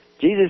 Jesus